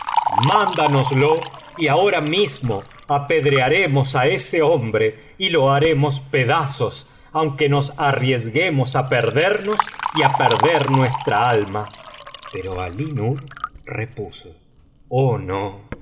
mándanoslo y ahora mismo apedrearemos á ese hombre y lo haremos pedazos aunque nos arriesguemos á perdernos y á perder nuestra alma pero alí nur repuso oh no no